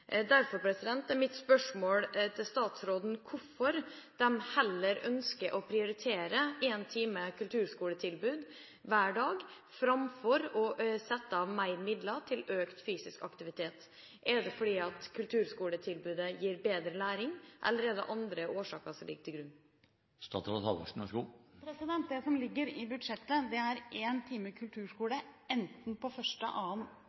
Derfor er mitt spørsmål til statsråden hvorfor de heller ønsker å prioritere en time kulturskoletilbud hver dag, framfor å sette av mer midler til økt fysisk aktivitet. Er det fordi kulturskoletilbudet gir bedre læring, eller er det andre årsaker som ligger til grunn? Det som ligger i budsjettet, er én time kulturskole enten på 1., 2., 3. eller 4. trinn i løpet av en uke. Det er